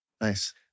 nice